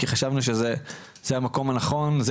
כי חשבנו שזה המקום הנכון,